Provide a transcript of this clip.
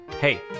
hey